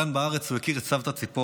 כאן בארץ הוא הכיר את סבתא ציפורה,